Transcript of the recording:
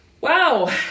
wow